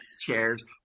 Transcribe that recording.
chairs